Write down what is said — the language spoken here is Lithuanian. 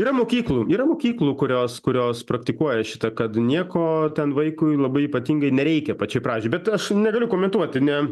yra mokyklų yra mokyklų kurios kurios praktikuoja šitą kad nieko ten vaikui labai ypatingai nereikia pačioj pradžioj bet aš negaliu komentuoti ne